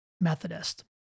Methodist